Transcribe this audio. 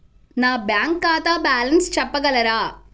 నా బ్యాంక్ ఖాతా బ్యాలెన్స్ చెప్పగలరా?